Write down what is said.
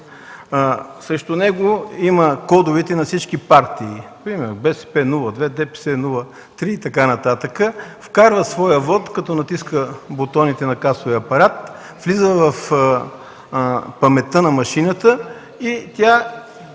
Срещу него са кодовете на всички партии, примерно БСП – 02, ДПС – 03, и така нататък. Вкарва своя вот, като натиска бутоните на касовия апарат, влиза в паметта на машината и тя